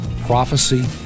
prophecy